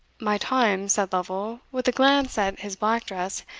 my time, said lovel, with a glance at his black dress,